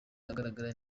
ahagaragara